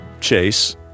Chase